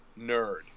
nerd